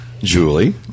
Julie